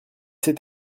c’est